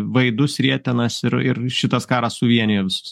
vaidus rietenas ir ir šitas karas suvienijo visus